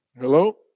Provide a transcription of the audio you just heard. Hello